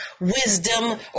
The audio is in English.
wisdom